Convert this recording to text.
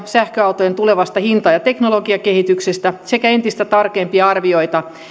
sähköautojen tulevasta hinta ja teknologiakehityksestä sekä entistä tarkempia arvioita